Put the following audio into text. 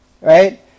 right